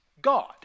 God